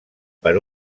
per